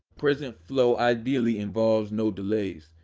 present flow ideally involves no delays.